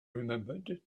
remembered